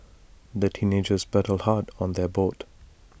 the teenagers paddled hard on their boat